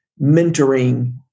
mentoring